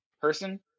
person